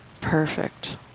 Perfect